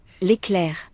l'éclair